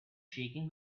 shaking